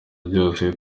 byose